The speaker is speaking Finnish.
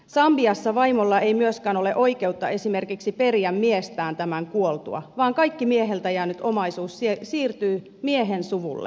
sambiassa vaimolla ei myöskään ole oikeutta esimerkiksi periä miestään tämän kuoltua vaan kaikki mieheltä jäänyt omaisuus siirtyy miehen suvulle